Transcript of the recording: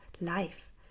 life